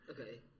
Okay